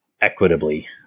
equitably